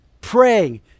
praying